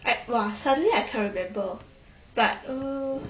i~ !wah! suddenly I can't remember but uh